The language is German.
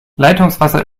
leitungswasser